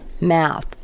mouth